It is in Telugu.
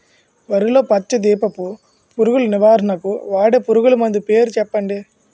వరిలో పచ్చ దీపపు పురుగు నివారణకు వాడే పురుగుమందు పేరు చెప్పండి?